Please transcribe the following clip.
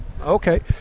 Okay